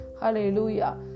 hallelujah